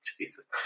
Jesus